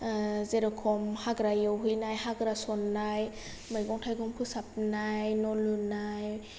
जेर'खम हाग्रा एवहैनाय हाग्रा सन्नाय मैगं थाइगं फोसाबनाय न' लुनाय